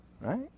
Right